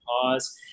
pause